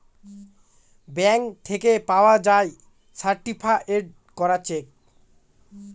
bank থেকে পাওয়া যায় সার্টিফায়েড করা চেক